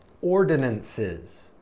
ordinances